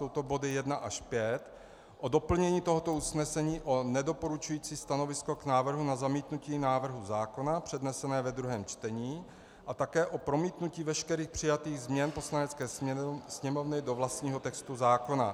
Jsou to body 1 až 5 o doplnění tohoto usnesení o nedoporučující stanovisko k návrhu na zamítnutí návrhu zákona přednesené ve druhém čtení a také o promítnutí veškerých přijatých změn Poslanecké sněmovny do vlastního textu zákona.